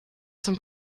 zum